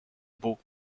baux